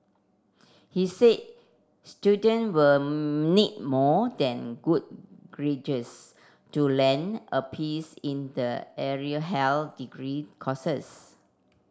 he said student will need more than good to land a peace in the area health degree courses